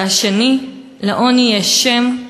והשני: לעוני יש שם,